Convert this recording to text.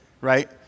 right